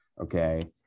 Okay